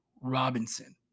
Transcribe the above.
Robinson